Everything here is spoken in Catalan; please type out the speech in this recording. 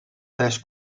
tres